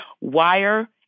wire